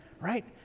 right